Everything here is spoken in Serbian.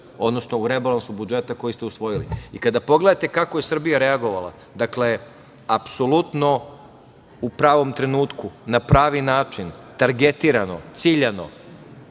odnosno u rebalansu budžeta koji ste usvojili. Kada pogledate kako je Srbija reagovala apsolutno u pravom trenutku na pravi način, targetirano, ciljano